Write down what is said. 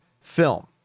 film